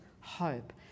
hope